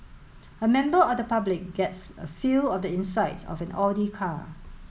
a member of the public gets a feel of the inside of an Audi car